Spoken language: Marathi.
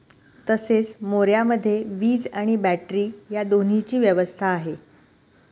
तसेच मोऱ्यामध्ये वीज आणि बॅटरी या दोन्हीची व्यवस्था आहे